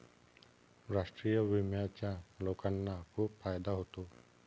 राष्ट्रीय विम्याचा लोकांना खूप फायदा होतो